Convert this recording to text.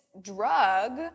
drug